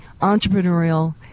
entrepreneurial